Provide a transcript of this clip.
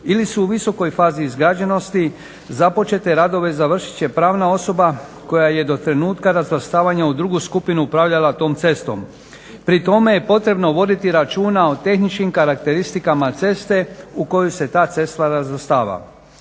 ili su u visokoj fazi izgrađenosti započete radove završit će pravna osoba koja je do trenutka razvrstavanja u drugu skupinu upravljala tom cestom. Pri tome je potrebno voditi računa o tehničkim karakteristikama ceste u koju se ta cesta razvrstava.